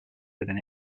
within